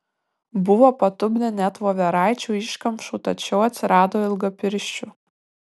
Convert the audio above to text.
buvo patupdę net voveraičių iškamšų tačiau atsirado ilgapirščių